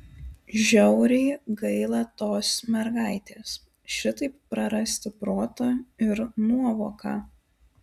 žiauriai gaila tos mergaitės šitaip prarasti protą ir nuovoką